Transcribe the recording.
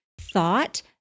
thought